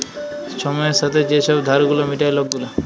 ছময়ের ছাথে যে ছব ধার গুলা মিটায় লক গুলা